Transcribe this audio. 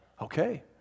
okay